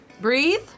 Breathe